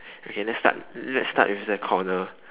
okay let's start let's start with the corner